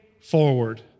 forward